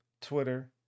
Twitter